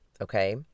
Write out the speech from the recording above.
okay